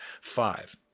Five